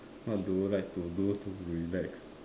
what do you like to do to relax